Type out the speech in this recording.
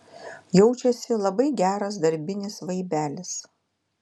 jaučiasi labai geras darbinis vaibelis